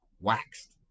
waxed